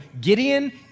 Gideon